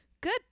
Good